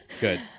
Good